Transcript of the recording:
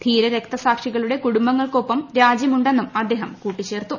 ധീര രക്തസാക്ഷികളുടെ കുടുംബങ്ങൾക്കൊപ്പം രാജ്യമുണ്ടെന്നും അദ്ദേഹം കൂട്ടിച്ചേർത്തു